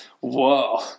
Whoa